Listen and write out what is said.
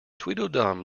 tweedledum